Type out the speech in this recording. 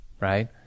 Right